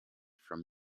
from